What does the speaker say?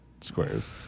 squares